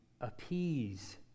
appease